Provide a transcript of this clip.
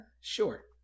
Sure